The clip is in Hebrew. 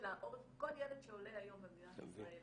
כל ילד שעולה היום במדינת ישראל